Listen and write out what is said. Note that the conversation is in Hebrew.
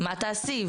מה תעשי?